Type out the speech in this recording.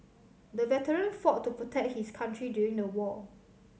the veteran fought to protect his country during the war